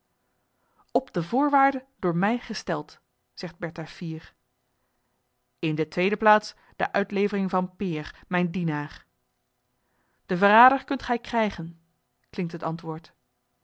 op de voorwaarde door mij gesteld zegt bertha fier in de tweede plaats de uitlevering van peer mijn dienaar den verrader kunt gij krijgen klinkt het antwoord